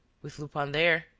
with lupin there,